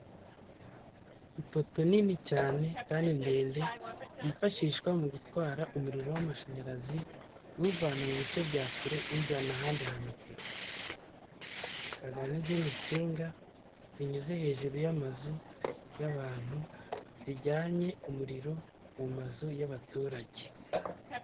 Ipoto nini cyane kandi ndende yifashishwa mu gutwara umuriro w'amashanyarazi, uwuvana mu bice bya kure ujyana ahandi hantu kure, hagaragara n'izindi nsinga zinyuze hejuru y'amazu y'abantu zijyanye umuriro mu mazu y'abaturage.